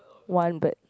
one bird